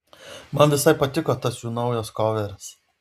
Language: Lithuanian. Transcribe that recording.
man visai patiko tas jų naujas koveris